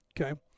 okay